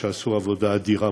שעשו עבודה אדירה.